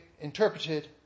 interpreted